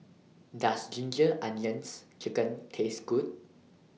Does Ginger Onions Chicken Taste Good